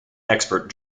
expert